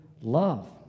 love